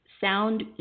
sound